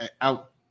out